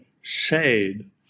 shade